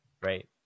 right